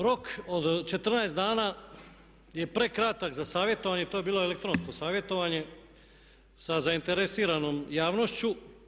Rok od 14 dana je prekratak za savjetovanje, to je bilo elektronsko savjetovanje sa zainteresiranom javnošću.